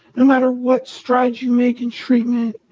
no matter what strides you're making treatment.